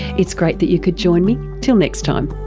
it's great that you could join me, till next time